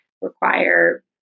require